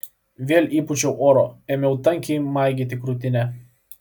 vėl įpūčiau oro ėmiau tankiai maigyti krūtinę